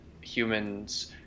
humans